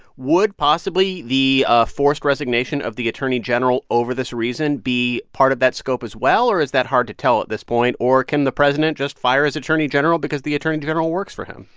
would possibly the ah forced resignation of the attorney general over this reason be part of that scope, as well? or is that hard to tell at this point? or can the president just fire his attorney general because the attorney general works for him?